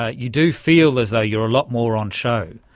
ah you do feel as though you're a lot more on show,